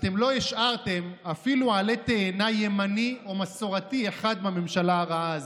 אתם לא השארתם אפילו עלה תאנה ימני או מסורתי אחד בממשלה הרעה הזאת.